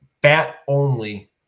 bat-only